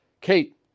Kate